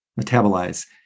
metabolize